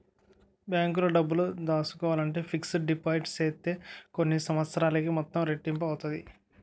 బ్యాంకులో డబ్బులు దాసుకోవాలంటే ఫిక్స్డ్ డిపాజిట్ సేత్తే కొన్ని సంవత్సరాలకి మొత్తం రెట్టింపు అవుతాది